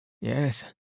yes